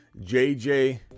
JJ